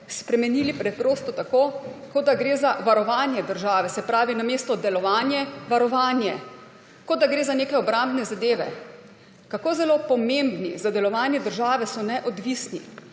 spremenili preprosto tako, kot da gre za varovanje države, se pravi namesto delovanje − varovanje. Kot da gre za neke obrambne zadeve. Kako zelo pomembni za delovanje države so neodvisni